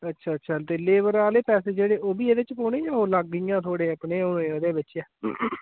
अच्छा अच्छा ते लेबर आह्ले पैसे जेह्ड़े ओह् बी एहदे च पौने जां ओह् अलग्ग इयां थोआड़े अपने होने ओह्दे बिच्च